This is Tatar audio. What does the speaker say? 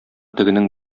тегенең